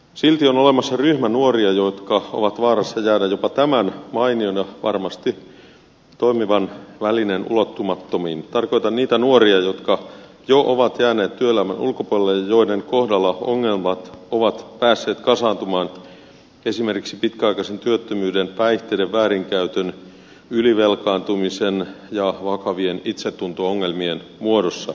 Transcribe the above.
silti on olemassa ryhmä nuoria jotka ovat vaarassa jäädä jopa tämän mainion ja varmasti toimivan välineen ulottumattomiin tarkoitan niitä nuoria jotka jo ovat jääneet työelämän ulkopuolelle ja joiden kohdalla ongelmat ovat päässeet kasaantumaan esimerkiksi pitkäaikaisen työttömyyden päihteiden väärinkäytön ylivelkaantumisen ja vakavien itsetunto ongelmien muodossa